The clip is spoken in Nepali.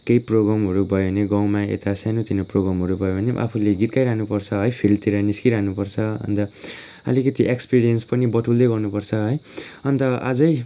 केही प्रोग्रामहरू भयो भने गाउँमा यता सानोतिनो प्रोग्रामहरू भयो भने पनि आफूले गीत गाइरहनु पर्छ है फिल्डतिर निस्किरहनु पर्छ अन्त अलिकति एक्सपिरियन्स पनि बटुल्दै गर्नुपर्छ है अन्त अझै